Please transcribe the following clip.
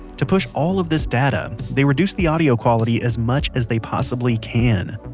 to push all of this data, they reduce the audio quality as much as they possibly can.